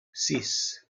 sis